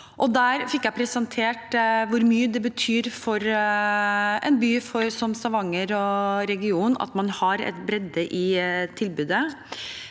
Der fikk jeg presentert hvor mye det betyr for en by som Stavanger og regionen at man har en bredde i tilbudet,